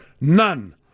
None